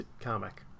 comic